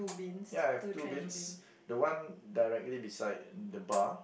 ya I have two bins the one directly beside the bar